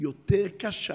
יותר קשה